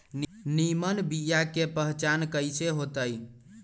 निमन बीया के पहचान कईसे होतई?